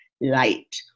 light